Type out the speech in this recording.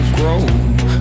grow